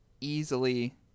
easily